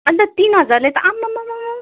अन्त तिन हजारले त आम्मामामा